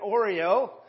Oreo